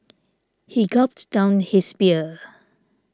he gulped down his beer